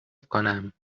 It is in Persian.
کنم